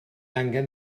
angen